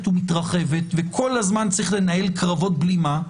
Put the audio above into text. ומתרחבת וכל הזמן צריך לנהל קרבות בלימה,